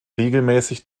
regelmäßig